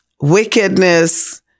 wickedness